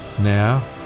Now